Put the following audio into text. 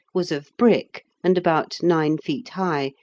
was of brick, and about nine feet high,